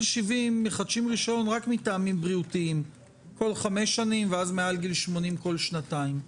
70 מחדשים רישיון רק מטעמים בריאותיים כל 5 שנים ומגיל 80 כל שנתיים.